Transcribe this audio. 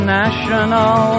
national